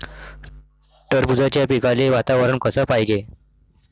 टरबूजाच्या पिकाले वातावरन कस पायजे?